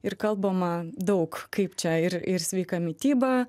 ir kalbama daug kaip čia ir ir sveika mityba